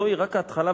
זוהי רק ההתחלה,